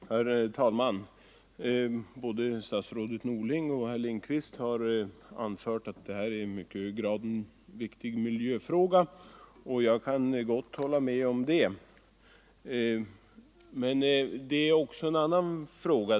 Herr talman! Både statsrådet Norling och herr Lindkvist har anfört att detta i hög grad är en viktig miljöfråga, och jag kan gott hålla med om det. Men det gäller också en annan sak.